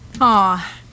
Aw